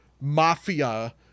mafia